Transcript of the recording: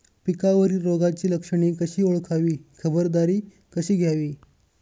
पिकावरील रोगाची लक्षणे कशी ओळखावी, खबरदारी कशी घ्यावी?